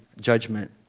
judgment